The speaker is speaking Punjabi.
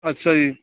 ਅੱਛਾ ਜੀ